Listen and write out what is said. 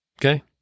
okay